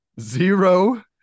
zero